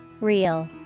Real